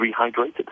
rehydrated